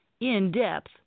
in-depth